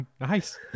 Nice